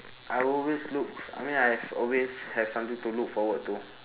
I will always look I mean I've always have something to look forward to